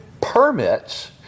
permits